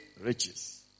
riches